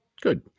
Good